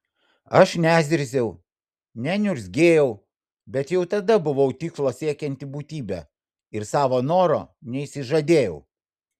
aš nezirziau neniurzgėjau bet jau tada buvau tikslo siekianti būtybė ir savo noro neišsižadėjau